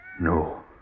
No